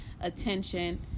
attention